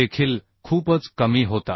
देखील खूपच कमी होता